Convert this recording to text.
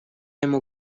ему